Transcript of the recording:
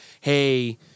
hey